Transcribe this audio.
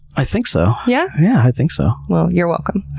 i think so. yeah? yeah, i think so. well, you're welcome.